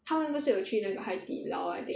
他们不是有去那个海底捞 I think